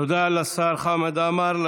תודה רבה לשר חמד עמאר.